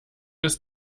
ist